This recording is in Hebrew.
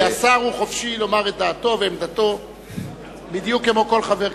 השר חופשי לומר את דעתו ועמדתו בדיוק כמו כל חבר כנסת.